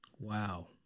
Wow